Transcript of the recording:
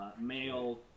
male